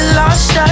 lost